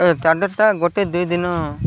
ଚାର୍ଜର୍ଟା ଗୋଟେ ଦୁଇ ଦିନ